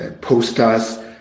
posters